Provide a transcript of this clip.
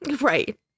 Right